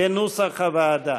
כנוסח הוועדה.